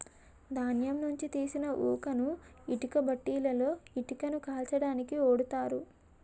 ధాన్యం నుంచి తీసిన ఊకను ఇటుక బట్టీలలో ఇటుకలను కాల్చడానికి ఓడుతారు